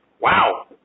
wow